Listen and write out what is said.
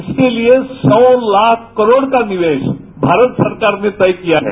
इसके लिए सौ लाख रूपये का निवेश भारत सरकार ने तय किया है